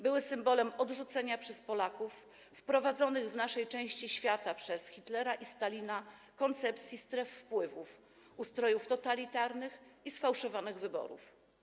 Były symbolem odrzucenia przez Polaków wprowadzonych w naszej części świata przez Hitlera i Stalina koncepcji stref wpływów, ustrojów totalitarnych i sfałszowanych wyborów.